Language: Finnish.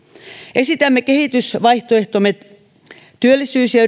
esitämme kehysvaihtoehtomme työllisyys ja